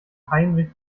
heinrich